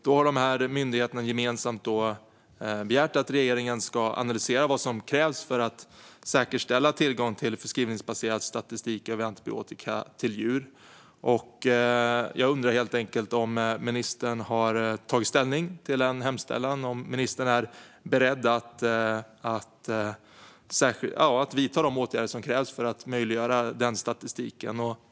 Därför har myndigheterna gemensamt begärt att regeringen ska analysera vad som krävs för att säkerställa tillgång till förskrivningsbaserad statistik över antibiotika till djur. Jag undrar: Har ministern tagit ställning till hemställan? Är ministern beredd att vidta de åtgärder som krävs för att möjliggöra sådan statistik?